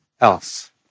else